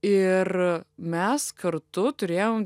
ir mes kartu turėjom